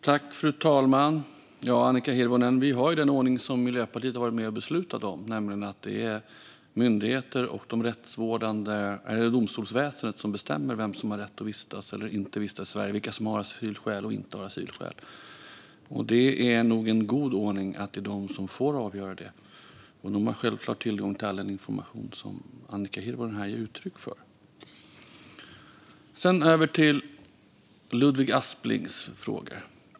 Fru talman! Ja, Annika Hirvonen, vi har ju den ordning som Miljöpartiet har varit med och beslutat om, nämligen att det är myndigheter och domstolsväsendet som bestämmer vem som har rätt eller inte att vistas i Sverige och vilka som har asylskäl och vilka som inte har asylskäl. Det är nog en god ordning att det är de som får avgöra det. Och de har självklart tillgång till all den information som Annika Hirvonen här ger uttryck för. Sedan över till Ludvig Asplings frågor.